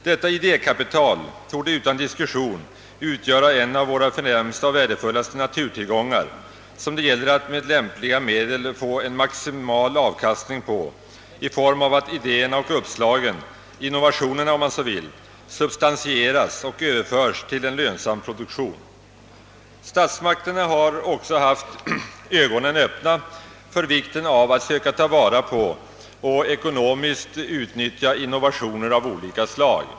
Detta idékapital torde utan diskussion utgöra en av våra förnämsta och värdefullaste naturtillgångar, som vi med lämpliga medel bör få maximal avkastning på genom att idéerna och uppslagen — innovationerna om man så vill — substantieras och överförs till lönsam produktion. Statsmakterna har också haft ögonen öppna för vikten av att söka ta vara på och ekonomiskt utnyttja innovationer av olika slag.